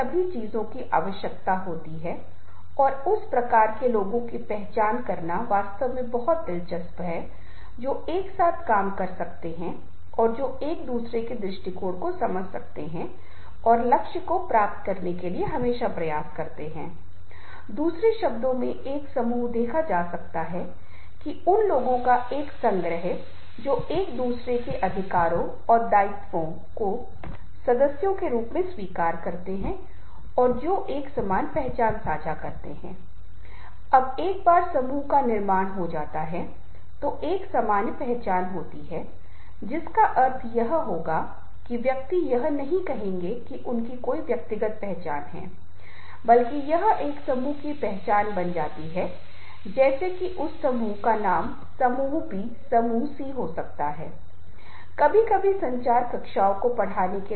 अबकार्य नेताओं task leaders Task Leader के साथ शुरुआत करते हुए एक टास्क लीडर ग्रुप की गतिविधि एक्टिविटी Activity पर जोर देता है टास्क लीडर जैसे टास्क फोर्स और वह एक लीडर है कोई एक लीडर है तो वह जो कर रहा है वह समूह की गतिविधि पर तनाव डालता है विषय पर सदस्यों को रखता है एजेंडा का पालन करता है सुनिश्चित करें कि निर्णय किए जाते हैं समूह की अभिप्रेत सिद्धि को परिभाषित करने के लिए जिम्मेदार है यह निर्देश देने के साथ आरोप लगाया जाता है कि समूह के निर्धारित कार्यों को पूरा करने के लिए क्या होता है सुनिश्चित करता है कि अपने आवंटित बैठक के समय के अंत में एक निष्कर्ष तक पहुंचता है